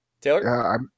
Taylor